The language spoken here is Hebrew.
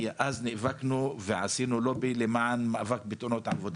אז נאבקנו ועשינו לובי למען מאבק בתאונות עבודה.